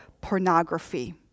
Pornography